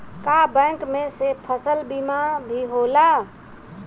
का बैंक में से फसल बीमा भी होला?